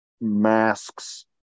masks